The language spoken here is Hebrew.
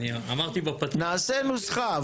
נעשה נוסחה,